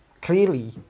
clearly